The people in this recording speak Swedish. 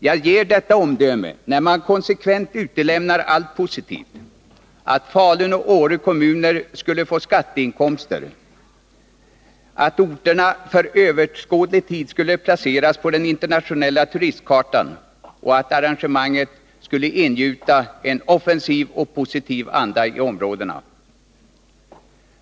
Jag ger detta omdöme när man konsekvent utelämnar allt positivt: att Falun och Åre kommuner skulle få skatteinkomster, att orterna för överskådlig tid skulle placeras på den internationella turistkartan och att arrangemanget skulle ingjuta en offensiv och positiv anda i områdena.